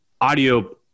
audio